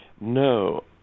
No